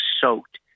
soaked